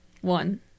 One